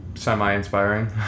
Semi-inspiring